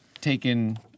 taken